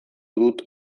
dut